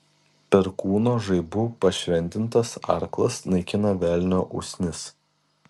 perkūno žaibu pašventintas arklas naikina velnio usnis